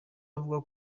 avuga